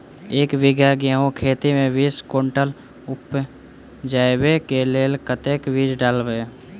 एक बीघा गेंहूँ खेती मे बीस कुनटल उपजाबै केँ लेल कतेक बीज डालबै?